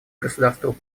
государства